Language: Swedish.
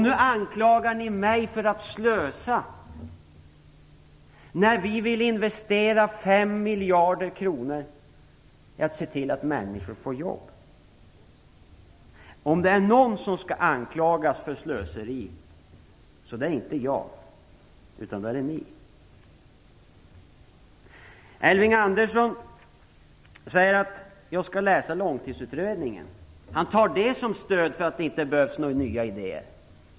Nu anklagar ni mig för att slösa när vi vill investera 5 miljarder kronor för att se till att människor får jobb! Om det är någon som skall anklagas för slöseri så är det inte jag utan ni! Elving Andersson säger att jag skall läsa Långtidsutredningen. Han tar den till stöd för att det inte behövs några nya idéer.